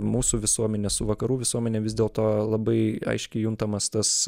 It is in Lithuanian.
mūsų visuomenę su vakarų visuomene vis dėl to labai aiškiai juntamas tas